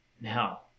now